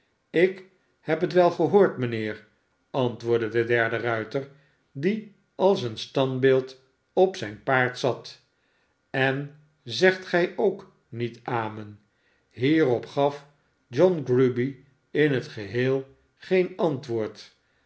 slk heb het wel gehoord mijnheer antwoordde de derde ruiter die als een standbeeld op zijn paard zat en zegt gij k niet amen hierop gaf john grueby in het geheel geen antwoord